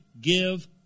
give